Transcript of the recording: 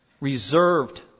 Reserved